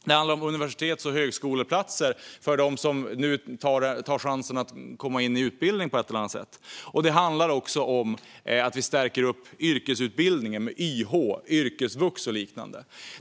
Det handlar om universitets och högskoleplatser för dem som nu tar chansen att komma in i utbildning på ett eller annat sätt. Det handlar också om att vi stärker upp yrkesutbildningen med YH, yrkesvux och liknande.